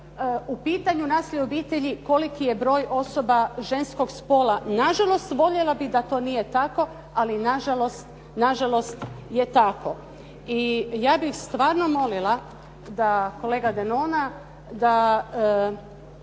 u pitanju nasilje u obitelji koliko je broj osoba ženskog spola nažalost, voljela bih da to nije tako, ali nažalost je tako. I ja bih stvarno molila da kolega Denona, da